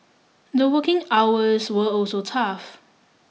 the working hours were also tough